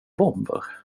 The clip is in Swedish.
bomber